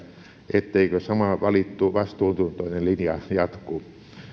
etteikö sama valittu vastuuntuntoinen linja jatku